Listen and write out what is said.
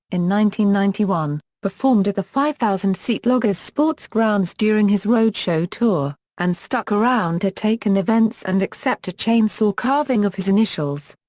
ninety ninety one, performed at the five thousand seat loggers sports grounds during his roadshow tour, and stuck around to take in events and accept a chainsaw carving of his initials.